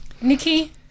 Nikki